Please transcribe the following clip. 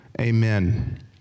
amen